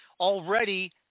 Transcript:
Already